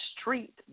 street